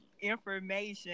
information